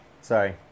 sorry